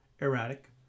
Erratic